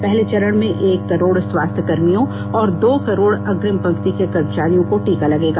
पहले चरण में एक करोड़ स्वास्थ्य कर्मियों और दो करोड़ अग्रिम पंक्ति के कर्मचारियों को टीका लगेगा